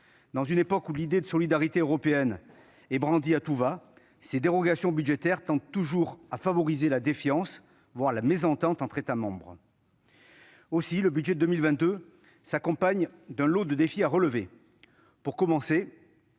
À une époque où l'idée de solidarité européenne est brandie à tout-va, ces dérogations budgétaires tendent toujours à favoriser la défiance, voire la mésentente, entre États membres. Aussi le budget pour 2022 s'accompagne-t-il d'un lot de défis à relever. Pour commencer,